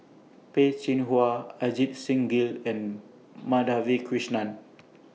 Peh Chin Hua Ajit Singh Gill and Madhavi Krishnan